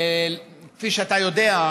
כפי שאתה יודע,